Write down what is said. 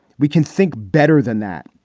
we can think better than that.